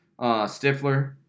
Stifler